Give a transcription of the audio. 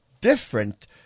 different